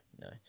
No